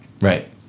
right